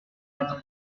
cette